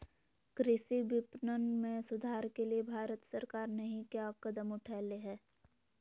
कृषि विपणन में सुधार के लिए भारत सरकार नहीं क्या कदम उठैले हैय?